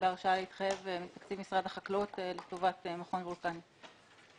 בהרשאה להתחייב מתקציב משרד החקלאות לטובת מכון וולקני.